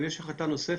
אם יש החלטה נוספת,